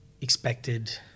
expected